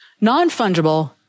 Non-fungible